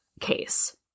case